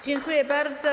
Dziękuję bardzo.